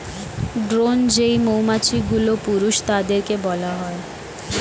drone যেই মৌমাছিগুলো, পুরুষ তাদেরকে বলা হয়